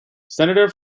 senator